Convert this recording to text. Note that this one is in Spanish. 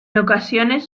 ocasiones